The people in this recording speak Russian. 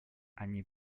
они